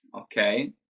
Okay